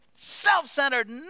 Self-centered